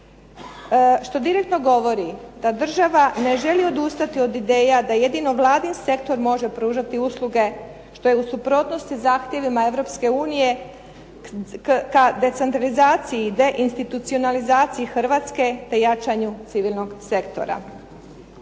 što direktno govori da država ne želi odustati od ideja, da jedino vladin sektor može pružati usluge što je u suprotnosti zahtjevima Europske unije ka decentralizaciji i deinstitucionalizaciji Hrvatske te jačanju civilnog sektora.